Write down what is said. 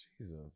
jesus